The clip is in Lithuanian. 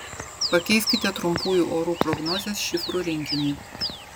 pakeiskite trumpųjų orų prognozės šifrų rinkinį